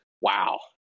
wow